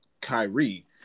Kyrie